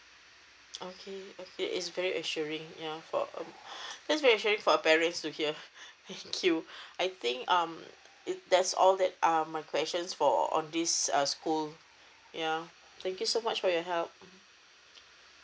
okay okay it's very assuring ya for that is very assurring the parents to hear thank you I think um it that's all that um my questions for on these uh school yeah thank you so much for your help